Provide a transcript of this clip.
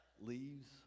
leaves